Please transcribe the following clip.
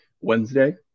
Wednesday